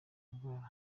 ndwara